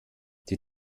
die